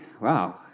wow